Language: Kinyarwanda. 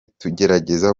tugerageza